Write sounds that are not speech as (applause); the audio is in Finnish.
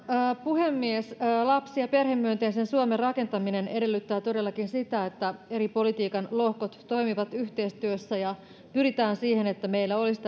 puhemies lapsi ja perhemyönteisen suomen rakentaminen edellyttää todellakin sitä että politiikan eri lohkot toimivat yhteistyössä ja pyritään siihen että meillä olisi (unintelligible)